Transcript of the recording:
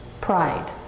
pride